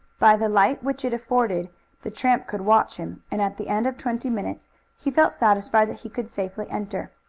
by the light which it afforded the tramp could watch him, and at the end of twenty minutes he felt satisfied that he could safely enter.